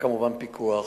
וכמובן פיקוח.